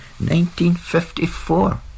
1954